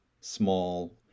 small